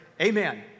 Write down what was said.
amen